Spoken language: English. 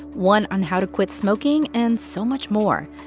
one on how to quit smoking and so much more.